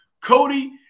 Cody